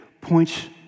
points